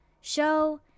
show